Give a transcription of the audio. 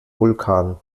vulkan